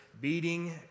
beating